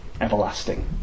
everlasting